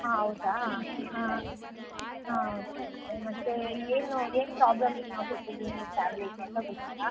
ಹಾಂ ಹೌದಾ ಹಾಂ ಹಾಂ ಓಕೆ ಓಕೆ ಮತ್ತೆ ಇಲ್ಲಿ ಏನು ಏನು ಪ್ರಾಬ್ಲಮಿಗೆ ನಾವು ಕೊಟ್ಟಿದ್ದು ನಿಮಗೆ ಟ್ಯಾಬ್ಲೆಟ್ಸ್ ಅಂತ ಗೊತ್ತಿಲ್ಲ